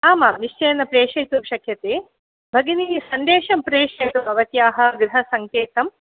आमां निश्चयेन प्रेषयितुं शक्यते भगिनि सन्देशं प्रेष्यतु भवत्याः गृहसङ्केतम्